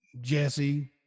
Jesse